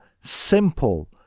simple